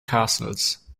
castles